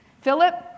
Philip